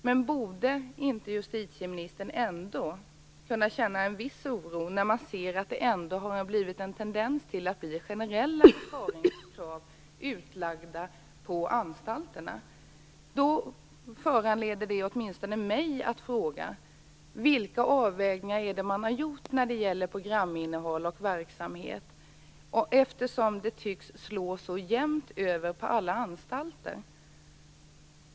Men borde inte justitieministern känna en viss oro när man kan se att det finns en tendens till att generella besparingskrav läggs ut på anstalterna? Det föranleder åtminstone mig att fråga vilka avvägningar man har gjort när det gäller programinnehåll och verksamhet. Det tycks slå så jämnt över alla anstalter.